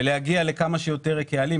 ולהגיע לכמה שיותר קהלים,